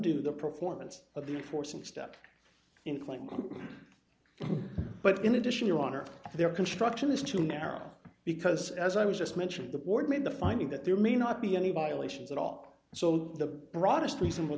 undo the performance of the force and step in quickly but in addition your honor their construction is too narrow because as i was just mentioned the board made the finding that there may not be any violations at all so the broadest reasonable